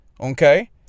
Okay